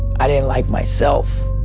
i didn't like myself.